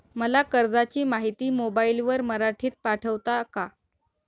मला कर्जाची माहिती मोबाईलवर मराठीत पाठवता का?